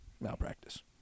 Malpractice